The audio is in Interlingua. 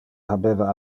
habeva